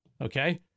okay